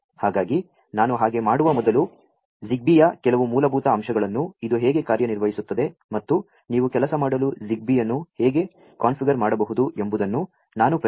ಹಾ ಗಾ ಗಿ ನಾ ನು ಹಾ ಗೆ ಮಾ ಡು ವ ಮೊದಲು ZigBeeಯ ಕೆಲವು ಮೂ ಲಭೂ ತ ಅಂ ಶಗಳನ್ನು ಇದು ಹೇ ಗೆ ಕಾ ರ್ಯ ನಿರ್ವ ಹಿಸು ತ್ತದೆ ಮತ್ತು ನೀ ವು ಕೆಲಸ ಮಾ ಡಲು ZigBee ಅನ್ನು ಹೇ ಗೆ ಕಾ ನ್ಫಿಗರ್ ಮಾ ಡಬಹು ದು ಎಂ ಬು ದನ್ನು ನಾ ನು ಪ್ರಯತ್ನಿಸು ತ್ತೇ ನೆ